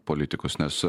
politikus nes